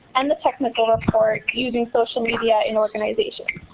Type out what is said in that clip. and the technical report, using social media in organizations.